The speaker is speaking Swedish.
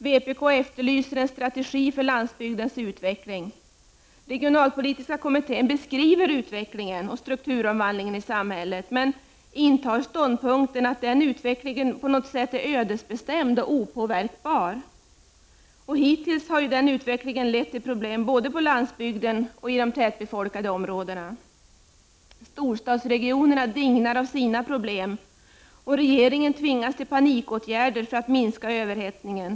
Vi i vpk efterlyser en strategi för landsbygdens utveckling. Regionalpolitiska kommittén beskriver utvecklingen och strukturomvandlingen i samhället. Men man intar ståndpunkten att den utvecklingen på något sätt är ödesbestämd och opåverkbar. Hittills har denna utveckling lett till problem både på landsbygden och i de tätbefolkade områdena. Storstadsregionerna dignar av problem, och regeringen tvingas till panikåtgärder för att minska överhettningen.